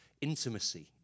intimacy